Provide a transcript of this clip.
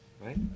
right